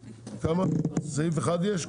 סעיף אחד יש?